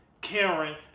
Karen